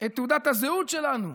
את תעודת הזהות שלנו,